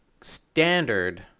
standard